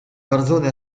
garzone